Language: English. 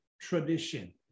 tradition